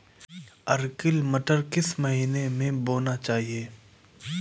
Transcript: Arkel मटर किस महीना में बोना चाहिए?